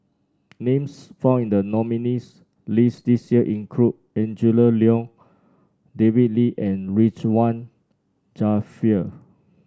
names found in the nominees' list this year include Angela Liong David Lee and Ridzwan Dzafir